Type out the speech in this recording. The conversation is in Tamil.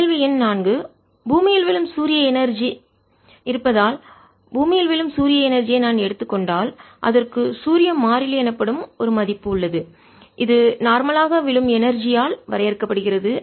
கேள்வி எண் 4 பூமியில் விழும் சூரிய எனர்ஜி ஆற்றல் இருப்பதால் பூமியில் விழும் சூரிய எனர்ஜி ஆற்றல் ஐ நான் எடுத்துக் கொண்டால் அதற்கு சூரிய மாறிலி எனப்படும் ஒரு மதிப்பு உள்ளது இது நார்மலாக விழும் எனர்ஜி ஆற்றல் ஆல் வரையறுக்கப்படுகிறது